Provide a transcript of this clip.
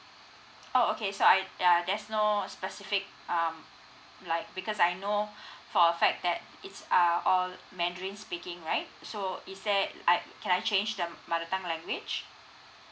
oh okay so I ya there's no specific um like because I know for a fact that it's err all mandarin speaking right so is there like can I change the mother tongue language